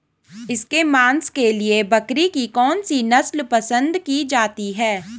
इसके मांस के लिए बकरी की कौन सी नस्ल पसंद की जाती है?